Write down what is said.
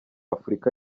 afurika